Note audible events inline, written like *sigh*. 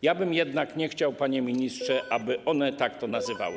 Ja bym jednak nie chciał, panie ministrze, *noise* aby one tak to nazywały.